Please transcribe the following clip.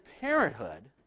Parenthood